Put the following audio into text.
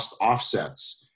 offsets